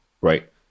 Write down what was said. right